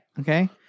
Okay